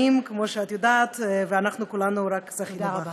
כך שאברך אותך, גברתי היקרה, תודה רבה.